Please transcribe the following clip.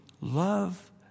love